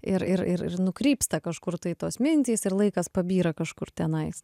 ir ir ir ir nukrypsta kažkur tai tos mintys ir laikas pabyra kažkur tenais